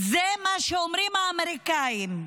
זה מה שאומרים האמריקאים,